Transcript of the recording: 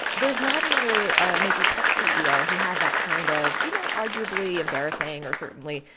there's not another major tech ceo who has that kind of, you know, arguably embarrassing or certainly,